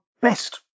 best